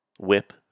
Whip